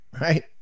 right